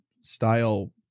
style